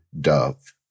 Dove